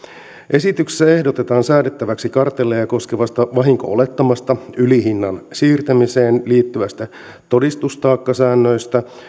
esityksessä ehdotetaan säädettäväksi kartelleja koskevasta vahinko olettamasta ylihinnan siirtämiseen liittyvistä todistustaakkasäännöistä